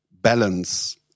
balance